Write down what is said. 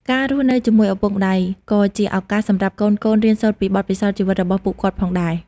ការរស់នៅជាមួយឪពុកម្តាយ ក៏ជាឱកាសសម្រាប់កូនៗ រៀនសូត្រពីបទពិសោធន៍ជីវិតរបស់ពួកគាត់ផងដែរ។